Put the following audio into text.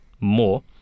more